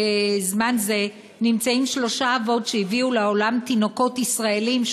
בזמן זה נמצאים שלושה אבות שהביאו לעולם תינוקות ישראלים,